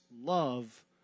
love